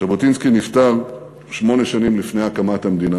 ז'בוטינסקי נפטר שמונה שנים לפני הקמת המדינה.